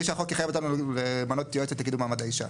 בלי שהחוק יחייב אותנו למנות יועצת לקידום מעמד האישה.